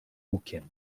lukiem